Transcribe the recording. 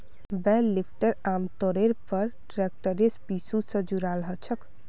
बेल lifter आमतौरेर पर ट्रैक्टरेर पीछू स जुराल ह छेक